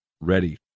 ready